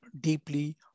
deeply